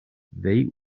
they